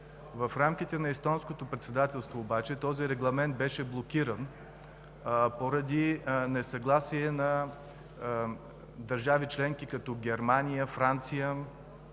В рамките на Естонското председателство обаче този регламент беше блокиран поради несъгласие на държави членки като Германия, Франция